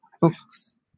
books